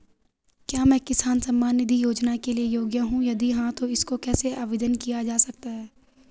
क्या मैं किसान सम्मान निधि योजना के लिए योग्य हूँ यदि हाँ तो इसको कैसे आवेदन किया जा सकता है?